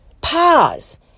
Pause